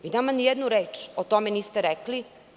Vi nama ni jednu reč o tome niste rekli?